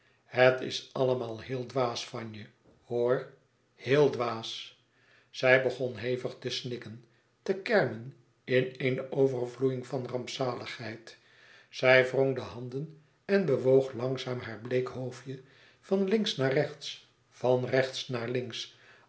het is allemaal heel dwaas van je hoor heel dwaas zij begon hevig te snikken te kermen in eene overvloeiïng van rampzaligheid zij wrong de handen en bewoog langzaam haar bleek hoofdje van links naar rechts van rechts naar links